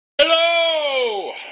Hello